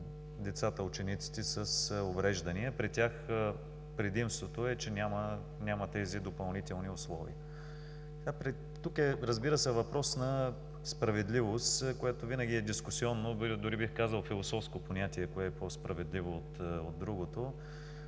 децата, учениците с увреждания. При тях предимството е, че няма тези допълнителни условия. Тук, разбира се, е въпрос на справедливост, което винаги е дискусионно, дори бих казал философско понятие кое е по-справедливо от другото.